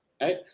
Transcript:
Right